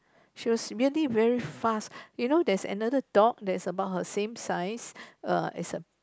she was very very fast you know that's another dog that's about her same size err is a